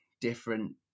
different